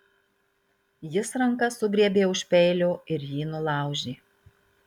jis ranka sugriebė už peilio ir jį nulaužė